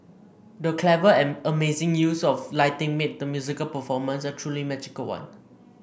the clever and amazing use of lighting made the musical performance a truly magical one